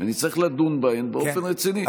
נצטרך לדון בהן באופן רציני.